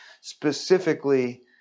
specifically